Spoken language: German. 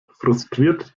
frustriert